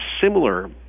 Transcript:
similar